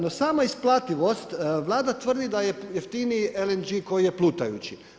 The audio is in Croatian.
No, sama isplativost, Vlada tvrdi da je jeftiniji LNG koji je plutajući.